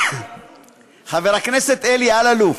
חבר הכנסת אלי אלאלוף,